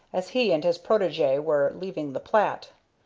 as he and his protege were leaving the plat.